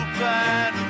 bad